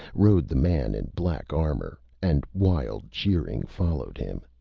rode the man in black armor, and wild cheering followed him.